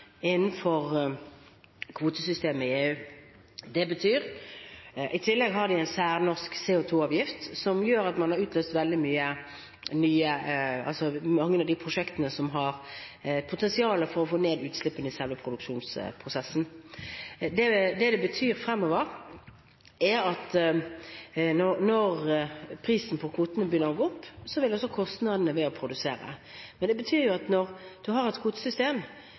i tillegg har man en særnorsk CO2-avgift som gjør at man har utløst veldig mange av de prosjektene som har potensial for å få ned utslippene i selve produksjonsprosessen. Det det betyr fremover, er at når prisen på kvotene begynner å gå opp, vil også kostnadene ved å produsere gjøre det. Det betyr at når du har et